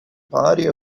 party